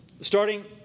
Starting